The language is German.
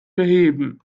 beheben